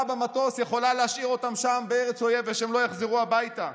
במטוס יכולה להשאיר אותם שם בארץ אויב ושהם לא יחזרו הביתה,